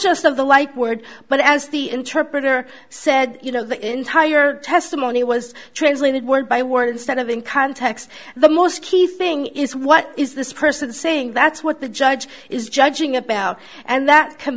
just of the like word but as the interpreter said you know the entire testimony was translated word by word instead of in context the most key thing is what is this person saying that's what the judge is judging about and that c